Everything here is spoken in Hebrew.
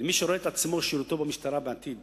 ומי שרואה את עצמו ואת שירותו במשטרה בעתיד